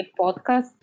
podcast